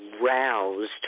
roused